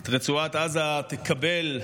את רצועת עזה תקבל,